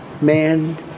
man